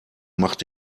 macht